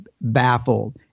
baffled